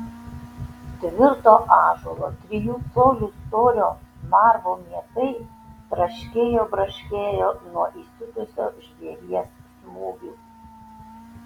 tvirto ąžuolo trijų colių storio narvo mietai traškėjo braškėjo nuo įsiutusio žvėries smūgių